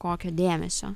kokio dėmesio